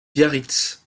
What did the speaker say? biarritz